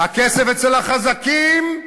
הכסף אצל החזקים,